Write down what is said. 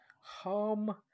harm